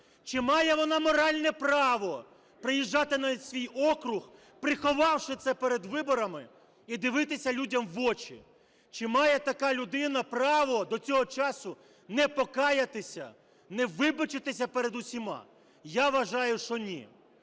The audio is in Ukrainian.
чи має вона моральне право приїжджати на свій округ, приховавши це перед виборами і дивитися людям в очі? Чи має така людина право до цього часу не покаятися, не вибачитися перед усіма? Я вважаю, що ні.